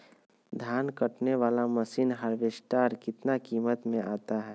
धान कटने बाला मसीन हार्बेस्टार कितना किमत में आता है?